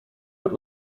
wird